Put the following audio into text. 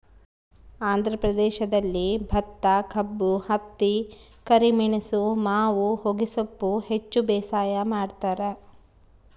ಆಂಧ್ರ ಪ್ರದೇಶದಲ್ಲಿ ಭತ್ತಕಬ್ಬು ಹತ್ತಿ ಕರಿಮೆಣಸು ಮಾವು ಹೊಗೆಸೊಪ್ಪು ಹೆಚ್ಚು ಬೇಸಾಯ ಮಾಡ್ತಾರ